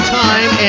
time